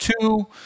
two